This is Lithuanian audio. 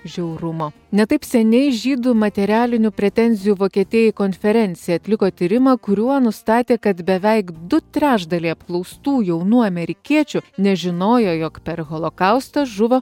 žiaurumo ne taip seniai žydų materialinių pretenzijų vokietijai konferencija atliko tyrimą kuriuo nustatė kad beveik du trečdaliai apklaustų jaunų amerikiečių nežinojo jog per holokaustą žuvo